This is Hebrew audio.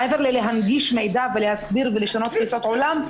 מעבר להנגשת מידע והסברה ולשנות תפיסת עולם,